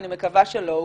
אני מקווה שלא,